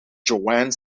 joanne